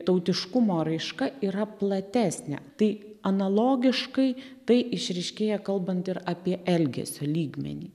tautiškumo raiška yra platesnė tai analogiškai tai išryškėja kalbant ir apie elgesio lygmenį